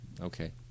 Okay